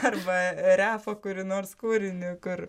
arba repo kurį nors kūrinį kur